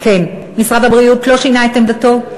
משרד הבריאות לא שינה את עמדתו.